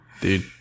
Dude